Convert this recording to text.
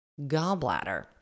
gallbladder